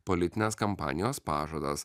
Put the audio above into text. politinės kampanijos pažadas